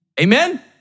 Amen